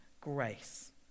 grace